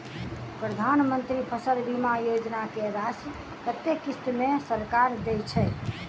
प्रधानमंत्री फसल बीमा योजना की राशि कत्ते किस्त मे सरकार देय छै?